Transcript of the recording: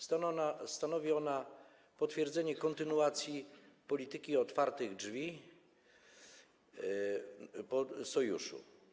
Stanowi ona potwierdzenie kontynuacji polityki otwartych drzwi sojuszu.